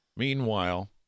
Meanwhile